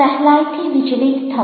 સહેલાઇથી વિચલિત થવું